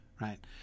right